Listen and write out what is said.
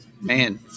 Man